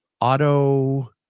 auto